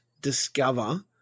discover